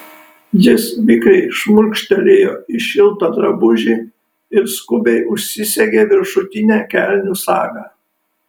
jis vikriai šmurkštelėjo į šiltą drabužį ir skubiai užsisegė viršutinę kelnių sagą